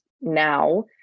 now